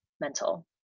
mental